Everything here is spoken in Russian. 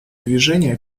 движение